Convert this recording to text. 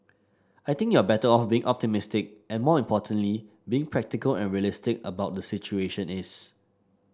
I think you're better off being optimistic and more importantly being practical and realistic about the situation is